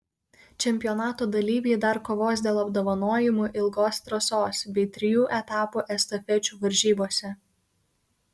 čempionato dalyviai dar kovos dėl apdovanojimų ilgos trasos bei trijų etapų estafečių varžybose